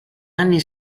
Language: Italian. anni